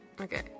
Okay